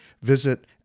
Visit